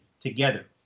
together